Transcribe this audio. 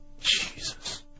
Jesus